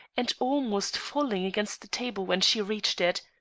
and almost falling against the table when she reached it.